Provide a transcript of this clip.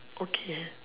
okay